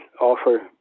offer